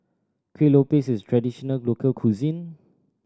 Kueh Lopes is a traditional local cuisine